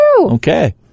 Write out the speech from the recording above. Okay